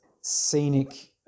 scenic